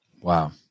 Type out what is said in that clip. Wow